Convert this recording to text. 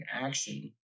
action